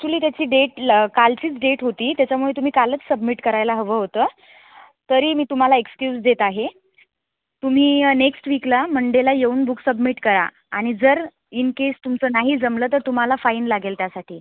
actually त्याची date ल कालचीच डेट होती त्याच्यामुळे तुम्ही कालच सबमिट करायला हवं होतं तरी मी तुम्हाला एक्सक्यूज देत आहे तुम्ही नेक्स्ट वीकला मंडेला येऊन बुक सबमिट करा आणि जर इन केस तुमचं नाही जमलं तर तुम्हाला फाईन लागेल त्यासाठी